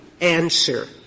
answer